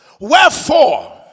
Wherefore